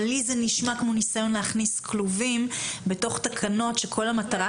לי זה נשמע כמו ניסיון להכניס כלובים בתוך תקנות שכל המטרה